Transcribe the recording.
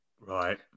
Right